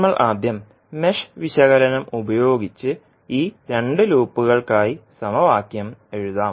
നമ്മൾ ആദ്യം മെഷ് വിശകലനം ഉപയോഗിച്ച് ഈ 2 ലൂപ്പുകൾക്കായി സമവാക്യം എഴുതാം